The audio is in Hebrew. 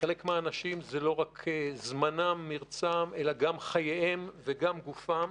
ולחלק מהאנשים זה לא רק זמנם ומרצם אלא גם חייהם וגם גופם.